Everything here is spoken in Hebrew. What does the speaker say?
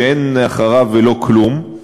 שאין אחריו ולא כלום.